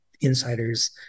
insiders